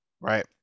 right